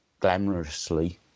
glamorously